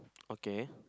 okay